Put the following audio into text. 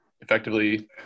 effectively